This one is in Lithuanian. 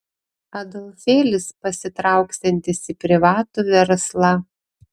adolfėlis pasitrauksiantis į privatų verslą